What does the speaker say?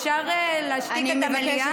אפשר להשתיק את המליאה?